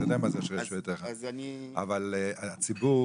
אבל הציבור